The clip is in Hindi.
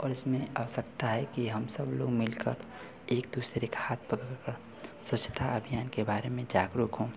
और इसमें आवश्कता है कि हम सब लोग मिलकर एक दूसरे का हाथ पकड़ स्वच्छता अभियान के बारे में जागरूक हों